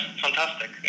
fantastic